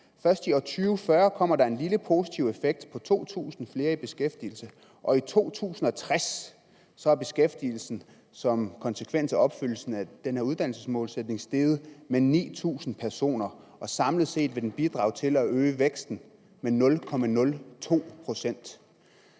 Først i år 2040 kommer der en lille positiv effekt på 2.000 flere i beskæftigelse, og i 2060 er beskæftigelsen som konsekvens af opfyldelsen af den her uddannelsesmålsætning steget med 9.000 personer. Samlet set vil den bidrag til at øge væksten med 0,02 pct.